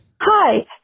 Hi